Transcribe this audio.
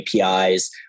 APIs